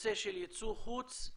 נושא של יצוא חוץ,